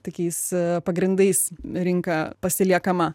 tokiais pagrindais rinka pasiliekama